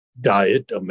diet